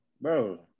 Bro